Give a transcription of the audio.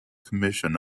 commission